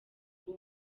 ubu